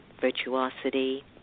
virtuosity